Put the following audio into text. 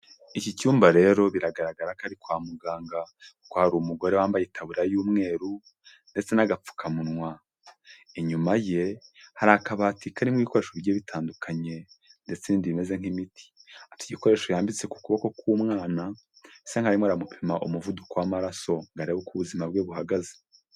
Iki cyumba rero biragaragara ko ari kwa muganga, ko hari umugore wambaye itaburiya y'umweru, ndetse n'agapfukamunwa. Inyuma ye hari akabati karimo ibikoresho bigiye bitandukanye, ndetse ibindi bimeze nk'imiti. Afite igikoresho yambitse kuboko k'umwana asa nkah ari kumupima umuvuduko w'amaraso ngo arebe uko ubuzima bwe buhagaze.